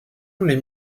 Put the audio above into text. les